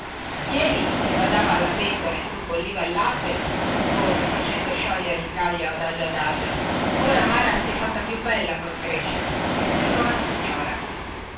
jeli che badava alla pentola in cui bolliva il latte rispose facendo sciogliere il caglio adagio adagio ora mara si è fatta più bella col crescere che sembra una signora